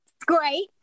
great